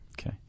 Okay